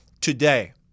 Today